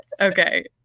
Okay